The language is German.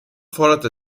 forderte